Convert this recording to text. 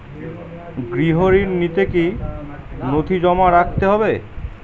গৃহ ঋণ নিতে কি কি নথি জমা রাখতে হবে?